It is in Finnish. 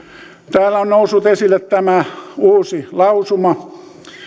täällä on noussut esille tämä uusi lausuma